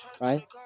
Right